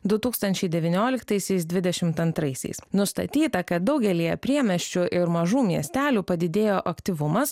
du tūkstančiai devynioliktaisiais dvidešimt antraisiais nustatyta kad daugelyje priemiesčių ir mažų miestelių padidėjo aktyvumas